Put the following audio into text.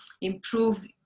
improve